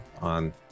on